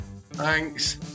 thanks